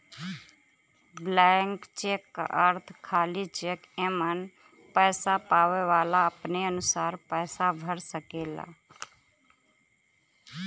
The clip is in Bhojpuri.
ब्लैंक चेक क अर्थ खाली चेक एमन पैसा पावे वाला अपने अनुसार पैसा भर सकेला